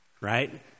right